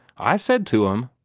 i said to em,